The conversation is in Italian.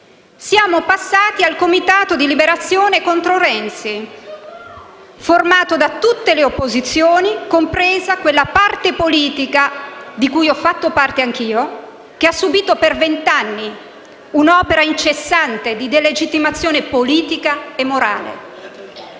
siamo passati al comitato di liberazione contro Renzi, formato da tutte le opposizioni, compresa quella parte politica di cui ho fatto parte anch'io, che ha subìto per vent'anni un'opera incessante di delegittimazione politica e morale.